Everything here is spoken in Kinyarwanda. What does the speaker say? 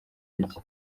iki